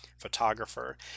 photographer